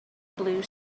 blue